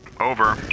Over